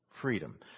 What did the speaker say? freedom